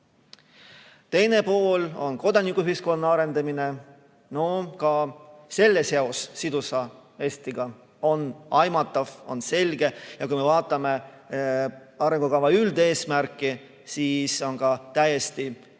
Teine on kodanikuühiskonna arendamine. Ka selle seos sidusa Eestiga on aimatav, on selge. Kui me vaatame arengukava üldeesmärki, siis on seal ka täiesti sees